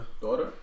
daughter